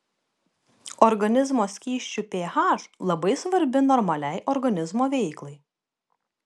organizmo skysčių ph labai svarbi normaliai organizmo veiklai